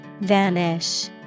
Vanish